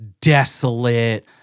desolate